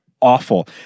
awful